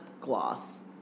gloss